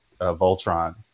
Voltron